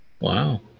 wow